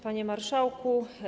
Panie Marszałku!